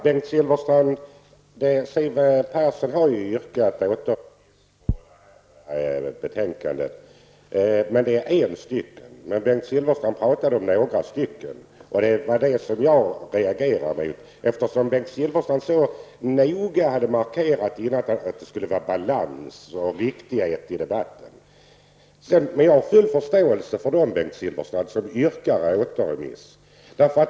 Fru talman! Siw Persson har ju yrkat återremiss på ärendet, Bengt Silfverstrand. Det är en person men Bengt Silfverstrand talade om några stycken. Det var det som jag reagerade mot, eftersom Bengt Silfverstrand strax dessförinnan så noga hade markerat att det skulle vara balans i debatten. Men jag har full förståelse för dem som yrkar på återremiss.